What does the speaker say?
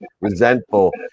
resentful